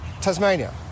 Tasmania